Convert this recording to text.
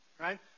Right